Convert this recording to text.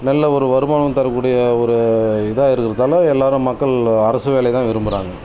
நல்ல ஒரு வருமானம் தரக்கூடிய ஒரு இதாக இருக்கிறதுதால எல்லாேரும் மக்கள் அரசு வேலையை தான் விரும்புகிறாங்க